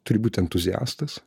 turi būti entuziastas